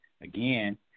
again